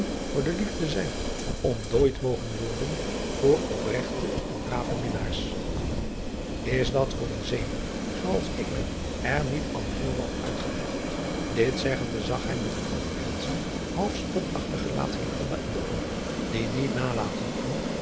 voor de liefde zijn ontdooid mogen worden voor opregte en brave minnaars is dat voor een zeebonk zoo als ik ben er niet al heel wel uitgebragt dit zeggende zag hij met een half ernstig half spotachtig gelaat hillegonda in de oogen die niet nalaten kon